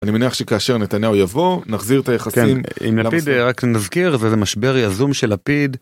אני מניח שכאשר נתניהו יבוא נחזיר את היחסים עם לפיד רק נזכיר זה איזה משבר יזום של לפיד.